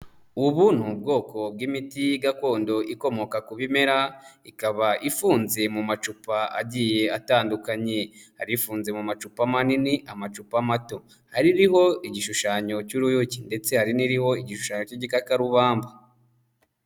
Ubu ni ubwoko bw'imiti gakondo ikomoka ku bimera, ikaba ifunze mu macupa agiye atandukanye, hari ifunze mu macupa manini, amacupa mato, hari iriho igishushanyo cy'uruyuki ndetse hari n'iriho igishushanyo cy'igikakarubamba.